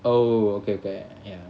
oh okay okay ya